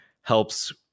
helps